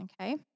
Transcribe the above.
okay